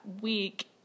week